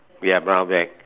we have brown black